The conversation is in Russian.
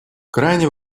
крайне